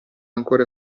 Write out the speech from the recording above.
ancora